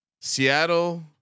Seattle